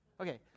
Okay